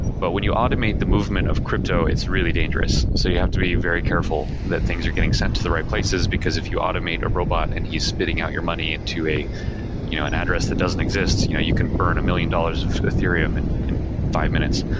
but when you automate the movement of crypto, it's really dangerous. so you have to be very careful that things are getting sent to the right places, because if you automate a robot and he's spitting out your money into you know an address that doesn't exist, you know you can burn a million dollars ethereum and in five minutes.